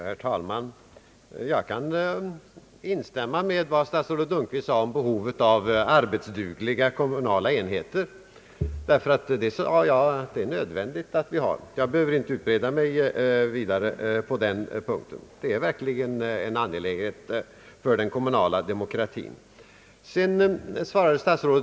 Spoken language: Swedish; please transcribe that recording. Herr talman! Jag kan instämma i vad statsrådet Lundkvist sade om behovet av arbetsdugliga kommunala enheter. Jag sade tidigare att det är nödvändigt att vi har det. Jag behöver inte utbreda mig ytterligare på den punkten. Det är verkligen angeläget för den kommunala demokratin.